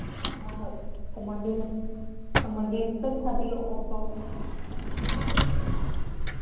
ꯍꯣꯏ ꯍꯣꯏ ꯊꯝꯃꯒꯦ ꯊꯝꯃꯒꯦ ꯈꯤꯇꯪ ꯊꯥꯕꯤꯔꯛꯑꯣ ꯍꯣꯏ ꯍꯣꯏ